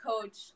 coach